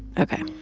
ok,